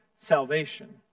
salvation